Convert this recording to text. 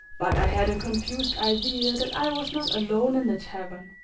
but i had a confused idea that i was not alone in the tavern.